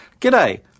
g'day